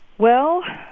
well,